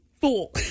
fool